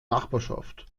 nachbarschaft